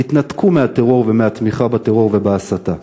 תתנתקו מהטרור ומהתמיכה בטרור ובהסתה.